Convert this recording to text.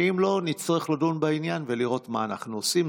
ואם לא, נצטרך לדון בעניין ולראות מה אנחנו עושים.